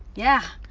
yeah,